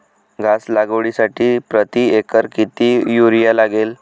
घास लागवडीसाठी प्रति एकर किती युरिया लागेल?